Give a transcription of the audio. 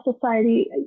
society